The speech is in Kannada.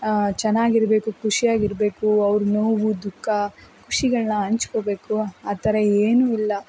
ಚೆನ್ನಾಗಿರ್ಬೇಕು ಖುಷಿಯಾಗಿರಬೇಕು ಅವರ ನೋವು ದುಃಖ ಖುಷಿಗಳನ್ನು ಹಂಚ್ಕೋಬೇಕು ಆ ಥರ ಏನು ಇಲ್ಲ